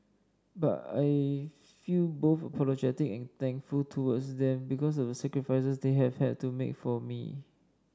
but I feel both apologetic and thankful towards them because of the sacrifices they have had to make for me